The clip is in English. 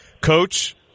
Coach